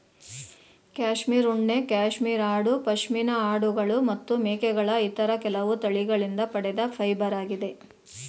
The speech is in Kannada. ಕ್ಯಾಶ್ಮೀರ್ ಉಣ್ಣೆ ಕ್ಯಾಶ್ಮೀರ್ ಆಡು ಪಶ್ಮಿನಾ ಆಡುಗಳು ಮತ್ತು ಮೇಕೆಗಳ ಇತರ ಕೆಲವು ತಳಿಗಳಿಂದ ಪಡೆದ ಫೈಬರಾಗಿದೆ